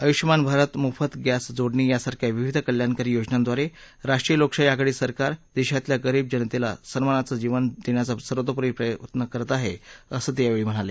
आयूष्यमान भारत मोफत गॅस जोडणी यासारख्या विविध कल्याणकारी योजनांद्वारे राष्ट्रीय लोकशाही आघाडी सरकार देशातल्या गरीब जनतेला सन्मानाचं जीवन देण्याचा सर्वतोपरी प्रयत्न करत आहे असं ते यावेळी म्हणाले